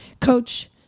coach